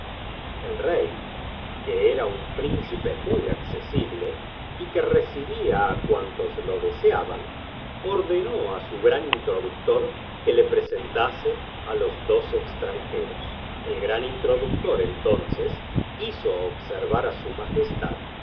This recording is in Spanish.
el rey que era un príncipe muy accesible y que recibía á cuant os lo desea ban ordenó á su gran introd uctor que lo presentase á los dos extra njero s el gran introd uctor entonces hizo observa r á s m